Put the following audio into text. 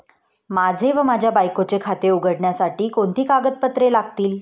माझे व माझ्या बायकोचे खाते उघडण्यासाठी कोणती कागदपत्रे लागतील?